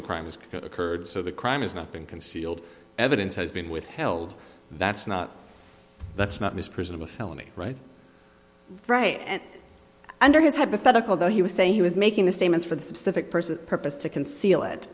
the crime has occurred so the crime has not been concealed evidence has been withheld that's not that's not miss prism a felony right right under his hypothetical though he was saying he was making the same as for the specific person purpose to conceal it